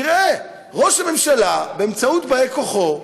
תראה, ראש הממשלה, באמצעות באי-כוחו,